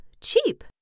Cheap